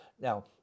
Now